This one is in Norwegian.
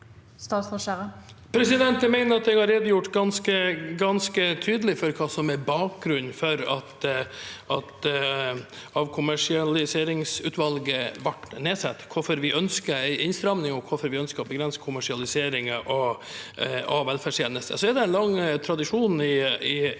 Jeg mener at jeg har redegjort ganske tydelig for hva som er bakgrunnen for at avkommersialiseringsutvalget ble nedsatt, hvorfor vi ønsker en innstramning, og hvorfor vi ønsker å begrense kommersialiseringen av velferdstjenester. Det er en lang tradisjon i